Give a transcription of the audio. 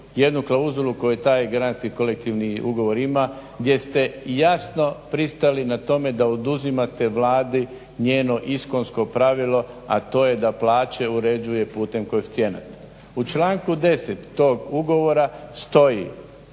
jednu klauzulu koju taj granski kolektivni ugovor ima gdje ste jasno pristali na tome da oduzimate Vladi njeno iskonsko pravilo, a to je da plaće uređuje putem koeficijenata. U članku 10. tog ugovora stoji